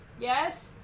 Yes